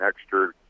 extra